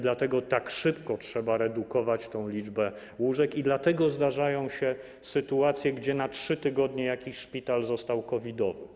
Dlatego tak szybko trzeba redukować tę liczbę łóżek i dlatego zdarzają się sytuacje, w których na 3 tygodnie jakiś szpital został COVID-owym.